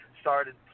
Started